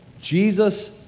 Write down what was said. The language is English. Jesus